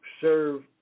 serve